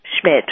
Schmidt